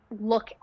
look